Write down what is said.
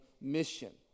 mission